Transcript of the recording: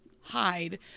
hide